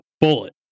bullet